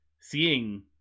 seeing